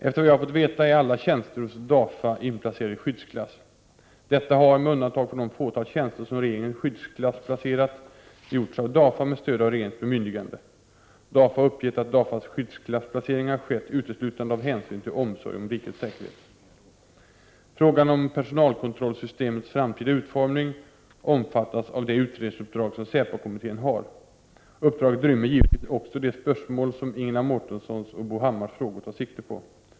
Efter vad jag har fått veta är alla tjänster hos DAFA inplacerade i skyddsklass. Detta har, med undantag för de fåtal tjänster som regeringen skyddsklassplacerat, gjorts av DAFA med stöd av regeringens bemyndigande. DAFA har uppgett att DAFA:s skyddsklassplaceringar har skett uteslutande av hänsyn till omsorgen om rikets säkerhet. Frågan om personalkontrollsystemets framtida utformning omfattas av det utredningsuppdrag som SÄPO-kommittén har. Uppdraget rymmer givetvis också de spörsmål som Ingela Mårtensson och Bo Hammars frågor tar sikte på.